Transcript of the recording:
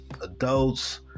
adults